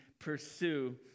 pursue